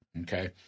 okay